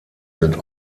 sind